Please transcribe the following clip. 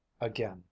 again